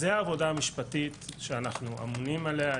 זו עבודה משפטית שאנחנו אמונים עליה,